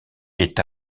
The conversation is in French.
est